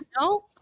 no